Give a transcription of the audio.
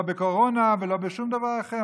לא בקורונה ולא בשום דבר אחר.